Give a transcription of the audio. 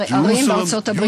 Utah,